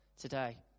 today